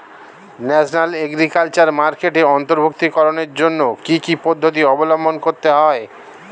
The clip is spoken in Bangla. ন্যাশনাল এগ্রিকালচার মার্কেটে অন্তর্ভুক্তিকরণের জন্য কি কি পদ্ধতি অবলম্বন করতে হয়?